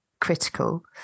critical